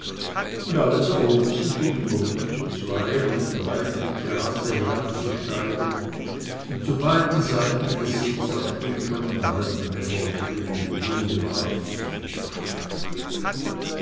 und alles erhob sich um in gruppen zu zweien und dreien die terrasse hinabzusteigen und zu beiden seiten des sees auf den schon im halben dämmer liegenden grunewald zuzuschreiten